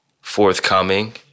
forthcoming